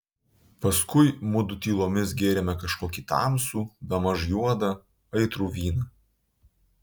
paskui mudu tylomis gėrėme kažkokį tamsų bemaž juodą aitrų vyną